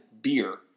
beer